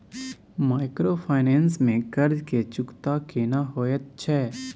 Microfinance में कर्ज के चुकता केना होयत छै?